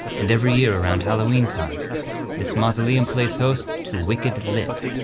and every year around halloween time this mausoleum plays host to wicked lit,